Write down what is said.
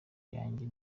yanjye